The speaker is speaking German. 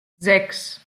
sechs